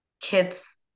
kids